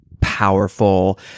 powerful